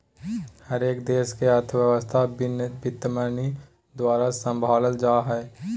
हरेक देश के अर्थव्यवस्था वित्तमन्त्री द्वारा सम्भालल जा हय